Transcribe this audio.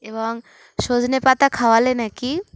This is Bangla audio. এবং সজনে পাতা খাওয়ালে নাকি